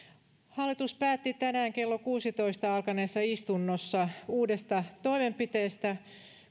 hallitus päätti tänään kello kuudessatoista alkaneessa istunnossa uudesta toimenpiteestä